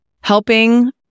Helping